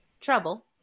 trouble